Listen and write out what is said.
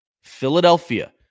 Philadelphia